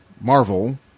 Marvel